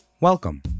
welcome